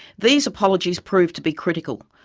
these apologies proved to be critical,